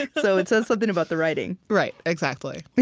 like so it says something about the writing right exactly. but